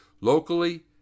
locally